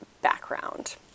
background